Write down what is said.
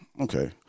okay